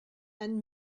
and